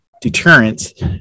deterrence